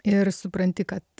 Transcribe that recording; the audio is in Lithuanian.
ir supranti kad